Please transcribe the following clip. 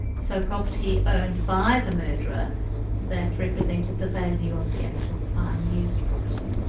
so, property owned by the murderer that represented the value of the actual crime-used property.